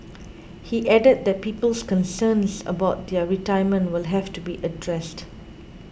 he added that people's concerns about their retirement will have to be addressed